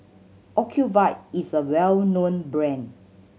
Ocuvite is a well known brand